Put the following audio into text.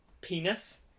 penis